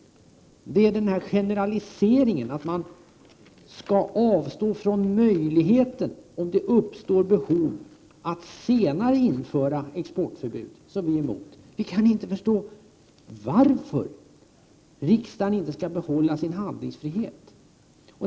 Däremot vänder vi oss mot denna generalisering, dvs. att man skall avstå från möjligheten att senare införa exportförbud, om behov härav uppstår. Jag kan inte förstå varför riksdagen inte skall behålla sin handlingsfrihet.